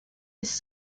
his